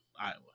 Iowa